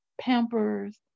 pampers